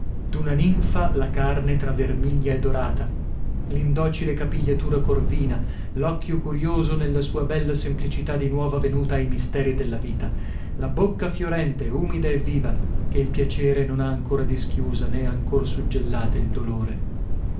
d'una ninfa la carne tra vermiglia e dorata l'indocile capigliatura corvina l'occhio curioso nella sua bella semplicità di nuova venuta ai misteri della vita la bocca fiorente umida e viva che il piacere non ha ancora dischiusa nè ancor suggellata il dolore